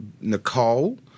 Nicole